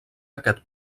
aquest